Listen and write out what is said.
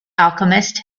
alchemist